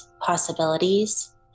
possibilities